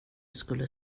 skulle